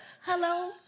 hello